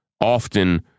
often